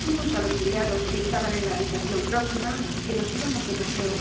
jimos a los criados que estaban en la habitación próxima que nos íbamos de paseo